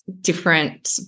different